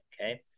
okay